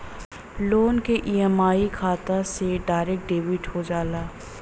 loan क EMI खाता से डायरेक्ट डेबिट हो जाला